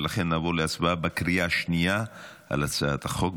ולכן נעבור להצבעה בקריאה השנייה על הצעת החוק,